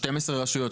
12 רשויות.